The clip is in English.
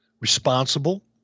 responsible